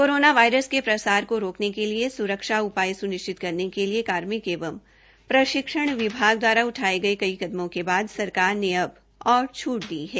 corona virus के प्रसार को रोकने के लिए स्रक्षा उपाय सुनिश्चित करने के लिए कार्मिक एवं प्रशिक्षण विभाग दवारा उठाये गये कई कदमों के बाद सरकार ने अब और छुट दी है